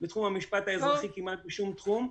בתחום המשפט האזרחי, כמעט בשום תחום.